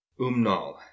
Umnal